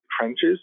trenches